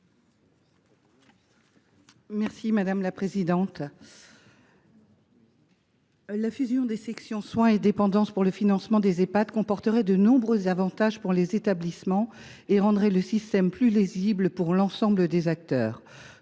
est à Mme le rapporteur. La fusion des sections soins et dépendance pour le financement des Ehpad comporterait de nombreux avantages pour les établissements et rendrait le système plus lisible pour l’ensemble des acteurs.